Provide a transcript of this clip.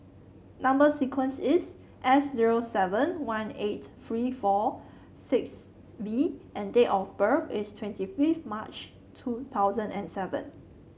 number sequence is S zero seven one eight three four six V and date of birth is twenty fifth March two thousand and seven